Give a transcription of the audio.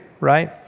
Right